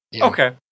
Okay